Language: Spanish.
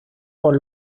por